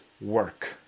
work